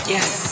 Yes